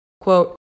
Quote